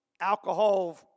alcohol